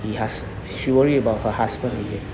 yes she worry about her husband is it